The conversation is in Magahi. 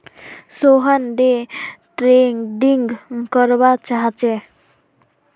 सोहन डे ट्रेडिंग करवा चाह्चे